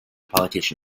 politician